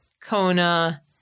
Kona